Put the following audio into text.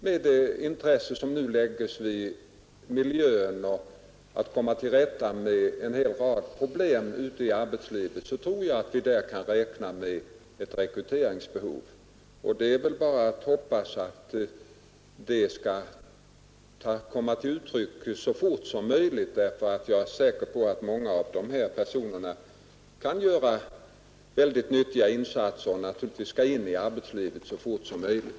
Med det intresse som nu visats för miljön och då det gäller lösa en hel rad problem i arbetslivet tror jag att vi där kan räkna med ett rekryteringsbehov. Det är väl bara att hoppas att detta skall komma till uttryck så fort som möjligt. Jag är säker på att många av dessa personer kan göra väldigt nyttiga insatser och naturligtvis bör ut i arbetslivet så snart som möjligt.